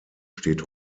steht